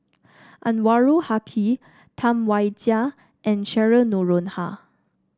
Anwarul Haque Tam Wai Jia and Cheryl Noronha